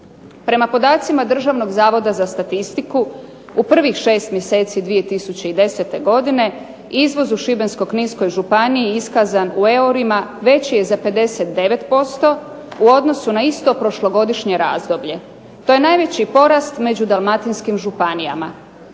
Prema podacima Državnog zavoda za statistiku u prvih šest mjeseci 2010. godine izvoz u Šibensko-kninskoj županiji iskazan u eurima veći je za 59% u odnosu na isto prošlogodišnje razdoblje. To je najveći porast među dalmatinskim županijama.